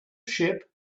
ship